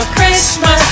Christmas